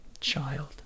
child